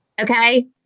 Okay